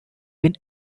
been